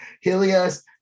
Helios